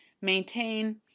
maintain